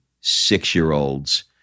six-year-olds